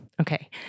Okay